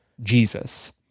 Jesus